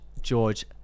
george